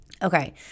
Okay